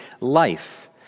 life